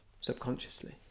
subconsciously